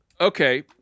Okay